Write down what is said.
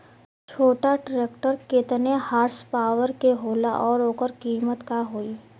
छोटा ट्रेक्टर केतने हॉर्सपावर के होला और ओकर कीमत का होई?